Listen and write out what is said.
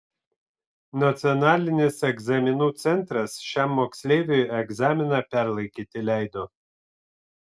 nacionalinis egzaminų centras šiam moksleiviui egzaminą perlaikyti leido